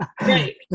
Right